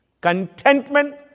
Contentment